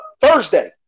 Thursday